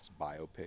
biopic